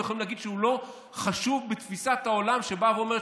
יכולים להגיד שהוא לא חשוב בתפיסת העולם שאומרת